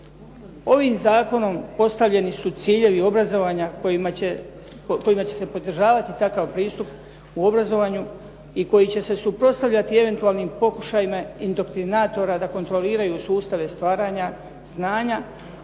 Ovim zakonom postavljeni su ciljevi obrazovanja kojima će se podržavati takav pristup u obrazovanju i koji će se suprotstavljati i eventualnim pokušajima indoktinatora da kontroliraju sustave stvaranja, znanja,